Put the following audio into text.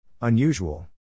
Unusual